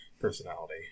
personality